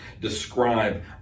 describe